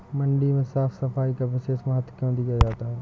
मंडी में साफ सफाई का विशेष महत्व क्यो दिया जाता है?